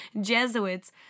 Jesuits